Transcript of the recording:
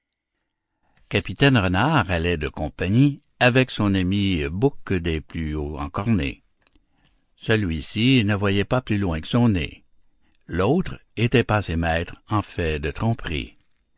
capitaine renard allait de compagnie avec son ami bouc des plus haut encornés celui-ci ne voyait pas plus loin que son nez l'autre était passé maître en fait de tromperie